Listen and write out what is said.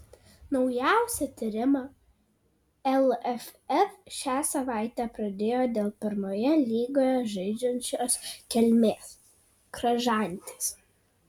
naujausią tyrimą lff šią savaitę pradėjo dėl pirmoje lygoje žaidžiančios kelmės kražantės